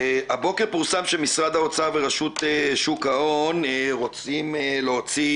הבוקר פורסם שמשרד האוצר ורשות שוק ההון רוצים להוציא